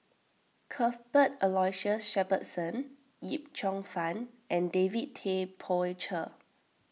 Cuthbert Aloysius Shepherdson Yip Cheong Fun and David Tay Poey Cher